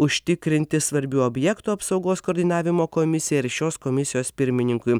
užtikrinti svarbių objektų apsaugos koordinavimo komisiją ir šios komisijos pirmininkui